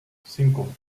cinco